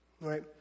Right